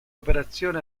operazioni